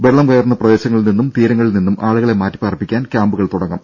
വെള്ളം കയറുന്ന പ്രദേശങ്ങളിൽ നിന്നും തീരങ്ങളിൽ നിന്നും ആളുകളെ മാറ്റിപ്പാർപ്പിക്കാൻ ക്യാമ്പുകൾ തുടങ്ങും